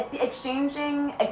exchanging